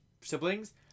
siblings